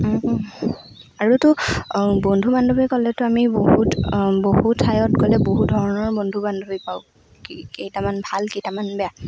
আৰুতো বন্ধু বান্ধৱী ক'লেতো আমি বহুত বহু ঠাইত গ'লে বহু ধৰণৰ বন্ধু বান্ধৱী পাওঁ কেইটামান ভাল কেইটামান বেয়া